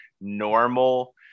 normal